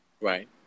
Right